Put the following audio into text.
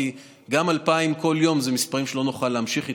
כי גם 2,000 כל יום זה מספרים שלא נוכל להמשיך איתם,